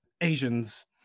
Asians